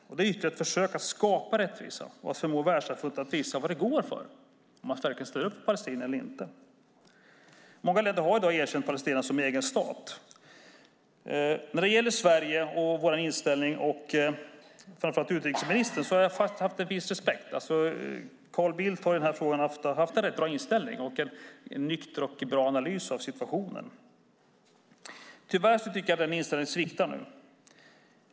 Det är ytterligare ett försök att skapa rättvisa och att förmå världssamfundet att visa vad det går för - ställer man upp för palestinierna eller inte? Många länder har i dag erkänt Palestina som egen stat. När det gäller Sveriges och utrikesministerns inställning har jag haft en viss respekt. Carl Bildt har i den här frågan ofta haft en rätt bra inställning och gjort en nykter och bra analys av situationen. Tyvärr tycker jag att den inställningen sviktar nu.